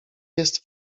jest